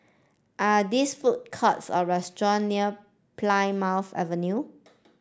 are this food courts or restaurant near Plymouth Avenue